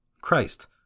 Christ